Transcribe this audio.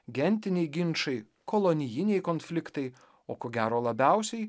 gentiniai ginčai kolonijiniai konfliktai o ko gero labiausiai